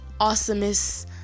awesomest